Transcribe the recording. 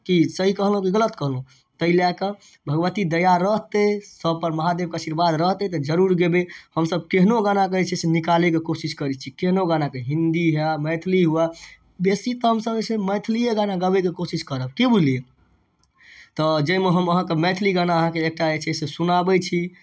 की सही कहलहुँ कि गलत कहलहुँ तै लए कऽ भगवती दया रहतै सबपर महादेबके आशीर्वाद रहतै तऽ जरुर गेबै हमसब केहनो गाना के जे छै से निकालैके कोशिश करै छी केहनो गानाके हिन्दी हए मैथिली हुए बेसी तऽ हमसब जे छै मैथिलिये गाना गाबैके कोशिश करब की बुझलियै तऽ जाहिमे हम अहाँके मैथिली गाना अहाँके एकटा जे छै से सुनाबै छी